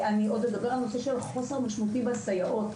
אני אדבר על הנושא של החוסר המשמעותי בסייעות.